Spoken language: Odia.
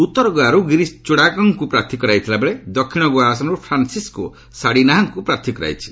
ଉତ୍ତର ଗୋଆରୁ ଗିରିଶ ଚୋଡ଼ାଙ୍କଙ୍କୁ ପ୍ରାର୍ଥୀ କରାଯାଇଥିବା ବେଳେ ଦକ୍ଷିଣ ଗୋଆ ଆସନରୁ ଫ୍ରାନ୍ସିସ୍କୋ ସାଡ଼ିନାହାଙ୍କୁ ପ୍ରାର୍ଥୀ କରାଯାଇଛି